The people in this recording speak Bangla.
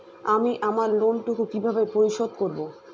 আমি আমার লোন টুকু কিভাবে পরিশোধ করব?